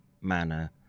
manner